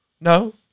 no